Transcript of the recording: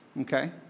okay